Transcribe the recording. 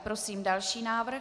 Prosím další návrh.